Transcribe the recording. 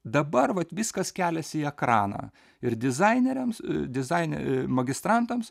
dabar vat viskas keliasi į ekraną ir dizaineriams dizaine magistrantams